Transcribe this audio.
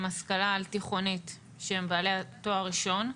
השכלה על-תיכונית שהם בעלי תואר ראשון,